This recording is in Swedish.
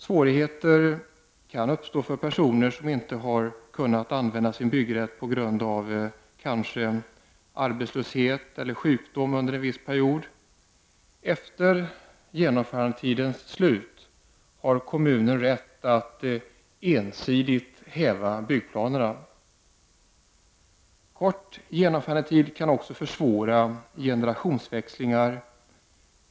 Svårigheter kan uppstå för personer som inte har kunnat använda sin byggrätt på grund av arbetslöshet eller sjukdom under en viss period. Efter genomförandetidens slut har kommunen rätt att ensidigt häva byggplanerna. Kort genomförandetid kan också försvåra generationsväxling.